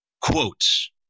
quotes